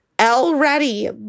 Already